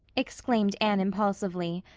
exclaimed anne impulsively.